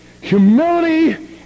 humility